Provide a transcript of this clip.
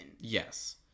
Yes